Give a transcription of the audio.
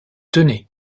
tenez